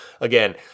again